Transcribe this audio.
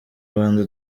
rwanda